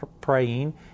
praying